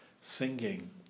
singing